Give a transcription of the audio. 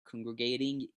congregating